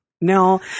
No